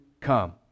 come